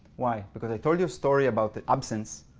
why? because i told you a story about the absence,